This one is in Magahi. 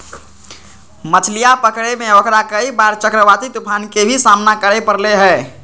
मछलीया पकड़े में ओकरा कई बार चक्रवाती तूफान के भी सामना करे पड़ले है